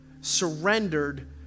surrendered